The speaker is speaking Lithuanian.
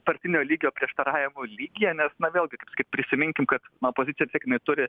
partinio lygio prieštaravimų lygyje nes na vėlgi kaip sakyt prisiminkim kad na opozicija vis tiek jinai turi